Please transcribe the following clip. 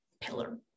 pillar